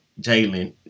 Jalen